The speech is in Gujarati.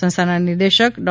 સંસ્થાના નિર્દેશક ડો